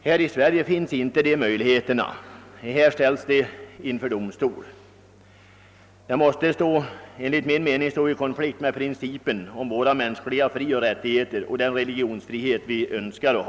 Här i Sverige finns inte dessa möjligheter, utan prästerna ställs inför domstol i sådana fall. Detta måste enligt min mening stå i konflikt med våra mänskliga frioch rättigheter och med den religionsfrihet vi önskar ha.